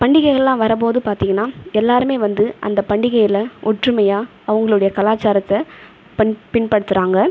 பண்டிகைகள்லாம் வரும் போது பார்த்தீங்கனா எல்லோருமே வந்து அந்த பண்டிகையில் ஒற்றுமையாக அவங்களோடய கலாச்சாரத்தை பின்பற்றுகிறாங்க